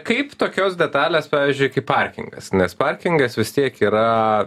kaip tokios detalės pavyzdžiui kaip parkingas nes parkingas vis tiek yra